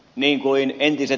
arvoisa puhemies